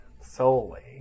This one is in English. solely